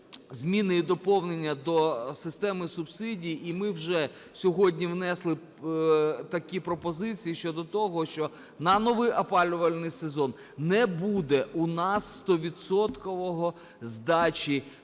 зміни і доповнення до системи субсидій. І ми вже сьогодні внесли такі пропозиції, щодо того, що на новий опалювальний сезон не буде у нас